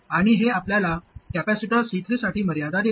आणि हे आपल्याला कॅपेसिटर C3 साठी मर्यादा देते